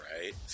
right